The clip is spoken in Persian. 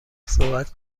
صحبت